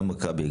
גם מכבי,